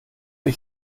ich